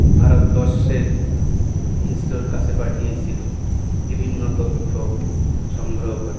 ভারতবর্ষের ইসরোর কাছে পাঠিয়েছিলো বিভিন্ন তথ্য সংগ্রহ করে